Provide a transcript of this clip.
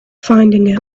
finding